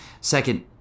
Second